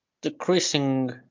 decreasing